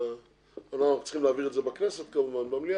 צריכים להעביר את זה במליאה, כמובן.